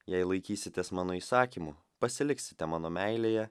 jei laikysitės mano įsakymų pasiliksite mano meilėje